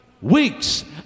weeks